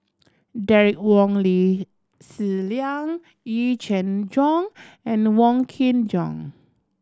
Derek Wong Lee Zi Liang Yee Jenn Jong and Wong Kin Jong